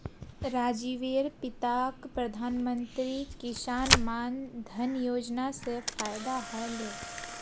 राजीवेर पिताक प्रधानमंत्री किसान मान धन योजना स फायदा ह ले